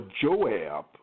Joab